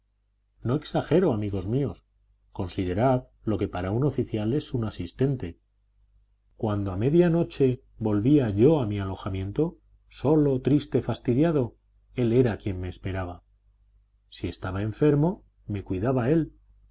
no exagero amigos míos considerad lo que para un oficial es un asistente cuando a medianoche volvía yo a mi alojamiento solo triste fastidiado él era quien me esperaba si estaba enfermo me cuidaba él